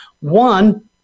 One